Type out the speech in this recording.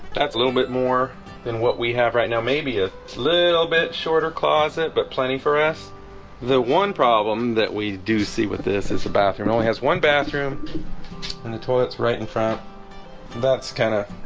that's a little bit more than what we have right now maybe a little bit shorter closet but plenty for us the one problem that we do see with this is the bathroom only has one bathroom and the toilets right in front that's kind of